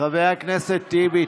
חבר הכנסת טיבי,